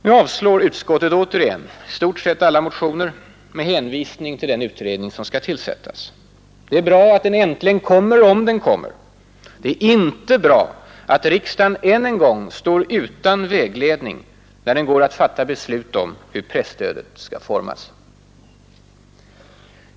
Nu avstyrker utskottet återigen i stort sett alla motioner med hänvisning till den utredning som skall tillsättas. Det är bra att den äntligen kommer, om den kommer. Det är inte bra att riksdagen än en gång står utan vägledning när den går att fatta beslut om hur presstödet skall formas.